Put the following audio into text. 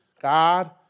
God